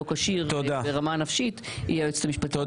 כשיר ברמה נפשית היא היועצת המשפטית לממשלה.